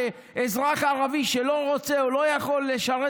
שאזרח ערבי שלא רוצה או לא יכול לשרת